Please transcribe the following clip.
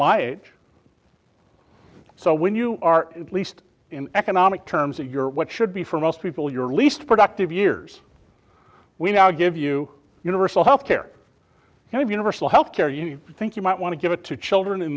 my age so when you are at least in economic terms of your what should be for most people your least productive years we now give you universal health care and universal health care you think you might want to give it to children in